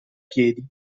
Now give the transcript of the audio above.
piedi